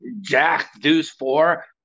jack-deuce-four